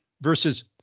versus